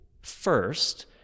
first